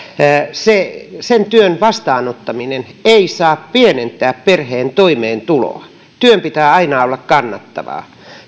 sen työn vastaanottaminen ei saa pienentää perheen toimeentuloa työn pitää aina olla kannattavaa